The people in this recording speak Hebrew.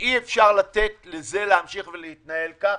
אי אפשר לתת לזה להמשיך ולהתנהל כך.